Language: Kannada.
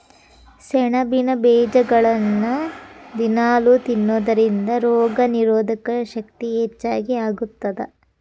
ಸೆಣಬಿನ ಬೇಜಗಳನ್ನ ದಿನಾಲೂ ತಿನ್ನೋದರಿಂದ ರೋಗನಿರೋಧಕ ಶಕ್ತಿ ಹೆಚ್ಚಗಿ ಆಗತ್ತದ